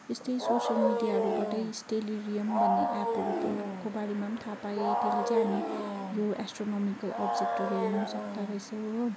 यस्तै सोसियल मिडियाहरूबाटै स्टेरियम भन्ने एपहरूको बारेमा पनि थाहा पाएँ त्यसले चाहिँ हामी यो एस्ट्रोनोमीको अबजेक्टोरियम हेर्नु सक्दोरहेछौँ हो